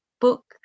book